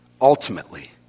ultimately